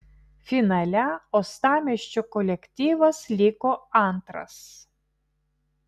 finale uostamiesčio kolektyvas liko antras